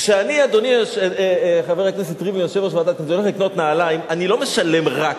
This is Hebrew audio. כשאני הולך לקנות נעליים אני לא משלם רק